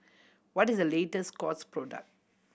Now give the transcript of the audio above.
what is the latest Scott's product